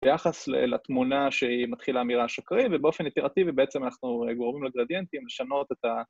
‫ביחס לתמונה שהיא מתחילה ‫מרעש אקראי, ‫ובאופן איטרטיבי בעצם אנחנו ‫גורמים לגרדיאנטים לשנות את ה...